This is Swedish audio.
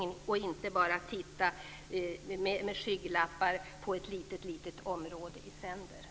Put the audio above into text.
Man skall inte bara titta på ett litet område i sänder med skygglapparna på.